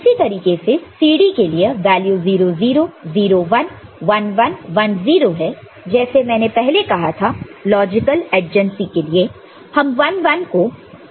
उसी तरीके से CD के लिए वैल्यू 0 0 0 1 11 10 है जैसे मैंने पहले कहा था लॉजिकल एडजेंसी के लिए हम 1 1 को 1 0 से पहले लिखते हैं